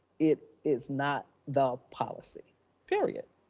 it is not the policy period.